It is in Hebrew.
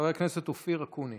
חבר הכנסת אופיר אקוניס,